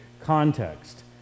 context